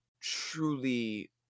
truly